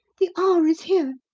the hour is here!